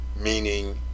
meaning